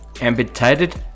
amputated